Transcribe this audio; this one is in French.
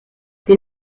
les